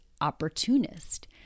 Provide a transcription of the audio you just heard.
opportunist